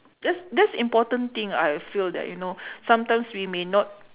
that's that's important thing I feel that you know sometimes we may not